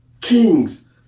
kings